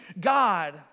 God